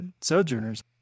Sojourners